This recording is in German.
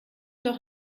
doch